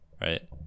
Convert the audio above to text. right